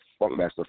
Funkmaster